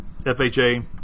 FHA